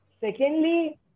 Secondly